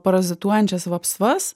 parazituojančias vapsvas